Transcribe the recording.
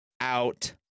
out